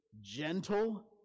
gentle